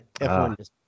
F1